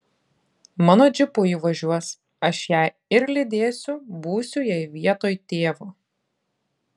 mano džipu ji važiuos aš ją ir lydėsiu būsiu jai vietoj tėvo